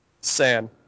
san